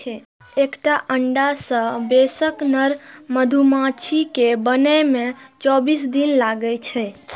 एकटा अंडा सं वयस्क नर मधुमाछी कें बनै मे चौबीस दिन लागै छै